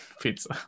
Pizza